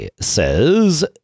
says